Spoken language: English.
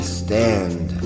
stand